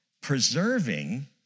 preserving